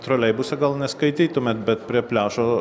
troleibuse gal neskaitytumėt bet prie pliažo